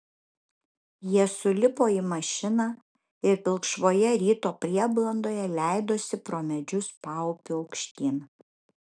jie sulipo į mašiną ir pilkšvoje ryto prieblandoje leidosi pro medžius paupiu aukštyn